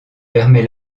permet